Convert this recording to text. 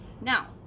now